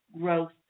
growth